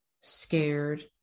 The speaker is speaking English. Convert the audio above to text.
scared